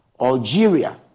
Algeria